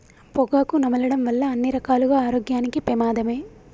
పొగాకు నమలడం వల్ల అన్ని రకాలుగా ఆరోగ్యానికి పెమాదమే